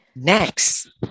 Next